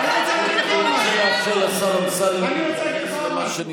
אני רוצה להגיד לך עוד משהו.